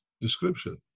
description